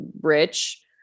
rich